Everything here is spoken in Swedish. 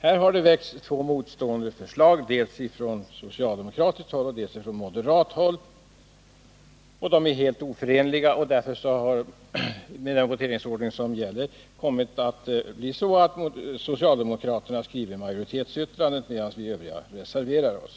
Här har det väckts två helt motstridiga förslag, ett från socialdemokratiskt håll och ett från moderat håll. Dessa båda förslag är helt oförenliga, och därför har det — med den voteringsordning som gäller — kommit att bli så att socialdemokraterna skrivit majoritetsyttrandet, medan vi övriga reserverat OSS.